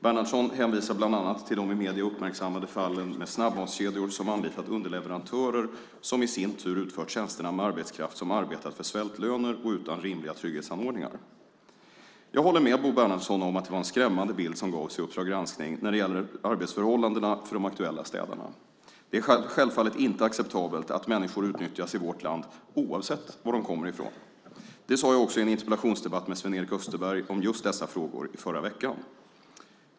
Bernhardsson hänvisar bland annat till de i medierna uppmärksammade fallen med snabbmatskedjor som anlitat underleverantörer som i sin tur utfört tjänsterna med arbetskraft som arbetat för svältlöner och utan rimliga trygghetsanordningar. Jag håller med Bo Bernhardsson om att det var en skrämmande bild som gavs i Uppdrag granskning när det gäller arbetsförhållandena för de aktuella städarna. Det är självfallet inte acceptabelt att människor utnyttjas i vårt land, oavsett var de kommer ifrån. Det sade jag också i en interpellationsdebatt med Sven-Erik Österberg om just dessa frågor i förra veckan.